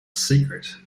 secret